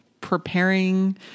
preparing